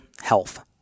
health